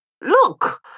Look